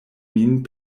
min